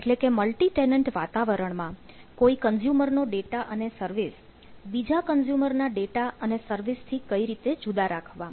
એટલે કે multi tenant વાતાવરણમાં કોઈ કન્ઝ્યુમર નો ડેટા અને સર્વિસ બીજા કન્ઝ્યુમર ના ડેટા અને સર્વિસથી કઈ રીતે જુદો રાખવો